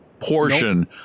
Portion